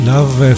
love